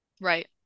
Right